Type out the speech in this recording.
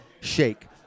shake